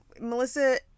melissa